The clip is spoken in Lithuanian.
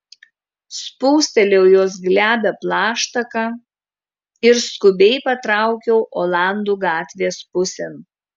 spustelėjau jos glebią plaštaką ir skubiai patraukiau olandų gatvės pusėn